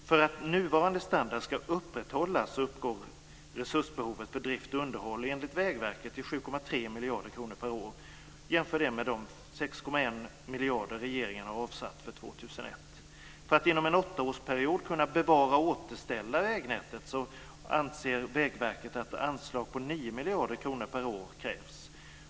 För att nuvarande standard ska upprätthållas uppgår resursbehovet för drift och underhåll enligt Vägverket till 7,3 miljarder kronor per år, jämfört med de 6,1 miljarder regeringen har avsatt för 2001. För att inom en åttaårsperiod kunna bevara och återställa vägnätet anser Vägverket att anslag på 9 miljarder kronor per år krävs.